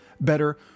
better